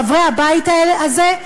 חברי הבית הזה,